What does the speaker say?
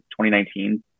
2019